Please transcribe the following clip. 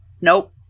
nope